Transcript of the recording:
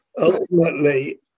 Ultimately